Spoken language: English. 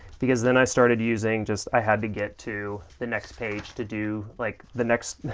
because then i started using just, i had to get to the next page to do, like the next,